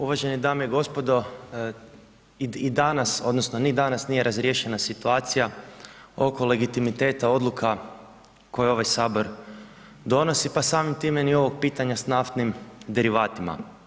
Uvažene dame i gospodo i danas, odnosno ni danas nije razriješena situacija oko legitimiteta odluka koje ovaj Sabor donosi pa samim time ni ovog pitanja s naftnim derivatima.